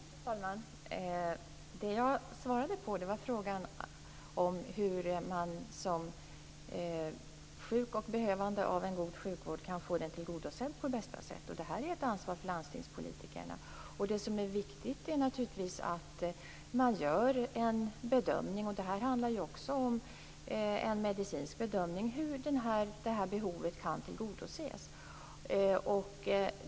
Fru talman! Det jag svarade på var frågan om hur den som är sjuk och i behov av bra sjukvård kan få detta behov tillgodosett på bästa sätt. Det är ett ansvar för landstingspolitikerna. Det som är viktigt är naturligtvis att man gör en bedömning. Det handlar också om en medicinsk bedömning av hur behovet kan tillgodoses.